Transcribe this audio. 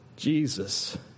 Jesus